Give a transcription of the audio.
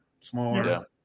smaller